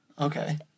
Okay